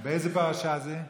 באיזו פרשה זה?